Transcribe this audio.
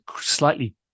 slightly